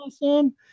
awesome